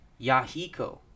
yahiko